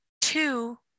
two